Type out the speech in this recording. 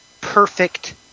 perfect